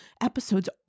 episodes